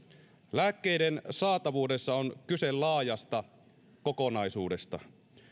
lääkkeiden saatavuudessa on kyse laajasta kokonaisuudesta